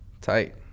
Tight